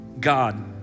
God